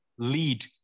lead